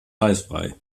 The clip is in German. eisfrei